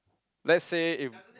let's say if